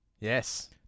Yes